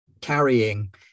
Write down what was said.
carrying